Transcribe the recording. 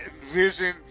envision